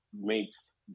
makes